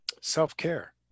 Self-care